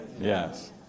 Yes